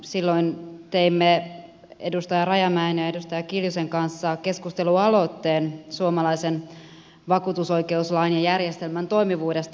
silloin teimme edustaja rajamäen ja edustaja kiljusen kanssa keskustelualoitteen suomalaisen vakuutusoikeuslain ja järjestelmän toimivuudesta